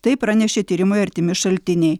tai pranešė tyrimui artimi šaltiniai